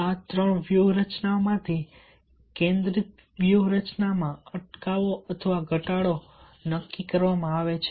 આ ત્રણ વ્યૂહરચનાઓમાંથી કેન્દ્રિત વ્યૂહરચનામાં અટકાવો અથવા ઘટાડો નક્કી કરવામાં આવે છે